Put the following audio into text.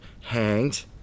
hanged